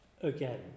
again